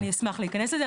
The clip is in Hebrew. אני אשמח להיכנס לזה,